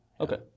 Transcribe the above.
Okay